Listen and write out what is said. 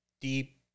deep